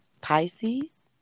Pisces